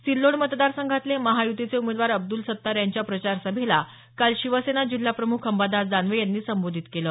सिल्लोड मतदारसंघातले महायुतीचे उमेदवार अब्द्रल सत्तार यांच्या प्रचारसभेला काल शिवसेना जिल्हाप्रमुख अंबादास दानवे यांनी संबोधित केलं